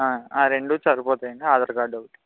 ఆ రెండు సరిపోతాయి అండి ఆధార్ కార్డు ఒకటి